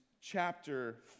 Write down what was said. chapter